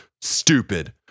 stupid